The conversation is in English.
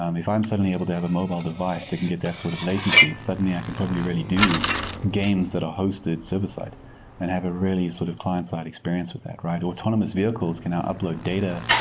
um if i'm suddenly able to have a mobile device that can get that sort of latency, suddenly i can probably really do games that are hosted server-side and have a really sort of client-side experience with that, right? autonomous vehicles can now upload data.